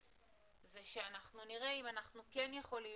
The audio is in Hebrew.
זה שאנחנו נראה אם אנחנו כן יכולים,